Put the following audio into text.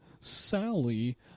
Sally